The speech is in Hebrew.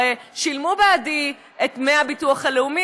הרי שילמו בעדי את דמי הביטוח הלאומי,